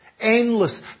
endless